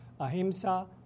Ahimsa